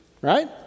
right